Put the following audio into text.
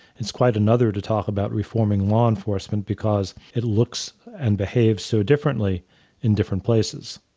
it's quite another to talk about reforming law enforcement because it looks and behaves so differently in different places.